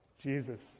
Jesus